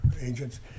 agents